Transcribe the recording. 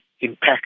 impact